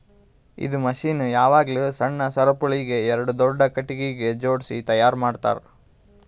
ಇದು ಮಷೀನ್ ಯಾವಾಗ್ಲೂ ಸಣ್ಣ ಸರಪುಳಿಗ್ ಎರಡು ದೊಡ್ಡ ಖಟಗಿಗ್ ಜೋಡ್ಸಿ ತೈಯಾರ್ ಮಾಡ್ತರ್